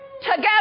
Together